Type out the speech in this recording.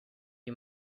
you